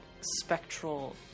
spectral